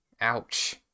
Ouch